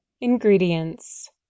Ingredients